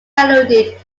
alluded